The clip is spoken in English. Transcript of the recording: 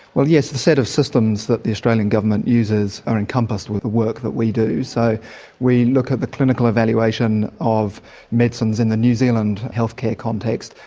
yes, the set of systems that the australian government uses are encompassed with the work that we do. so we look at the clinical evaluation of medicines in the new zealand health care context,